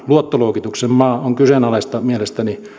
luottoluokituksen maa on kyseenalaista mielestäni